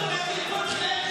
אז אם כבר עושים דיון ביטחוני,